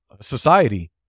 society